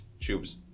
tubes